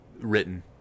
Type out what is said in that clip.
written